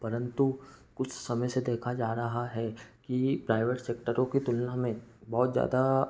परंतु कुछ समय से देखा जा रहा है कि प्राइवेट सेक्टरों की तुलना में बहुत ज़्यादा